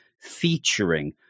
Featuring